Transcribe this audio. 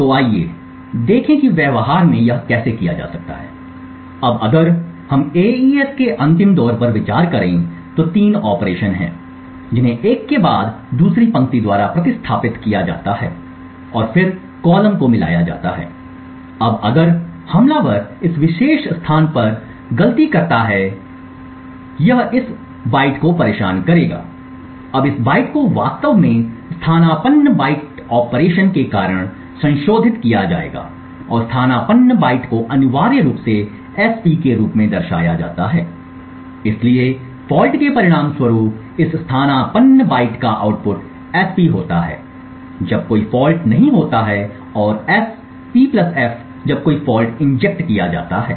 तो आइए देखें कि व्यवहार में यह कैसे किया जा सकता है अब अगर हम एईएस के अंतिम दौर पर विचार करें तो 3 ऑपरेशन हैं जिन्हें एक के बाद दूसरी पंक्ति द्वारा प्रतिस्थापित किया जाता है और फिर कॉलम को मिलाया जाता है अब अगर हमलावर इस विशेष स्थान पर गलती करता है यह इस बाइट को परेशान करेगा अब इस बाइट को वास्तव में स्थानापन्न बाइट ऑपरेशन के कारण संशोधित किया जाएगा और स्थानापन्न बाइट को अनिवार्य रूप से S P के रूप में दर्शाया जाता है इसलिए फॉल्ट के परिणामस्वरूप इस स्थानापन्न बाइट का आउटपुट S P होता है जब कोई फॉल्ट नहीं होती है और S P f जब कोई फॉल्ट इंजेक्ट किया जाता है